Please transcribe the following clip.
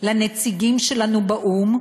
לנציגים שלנו באו"ם?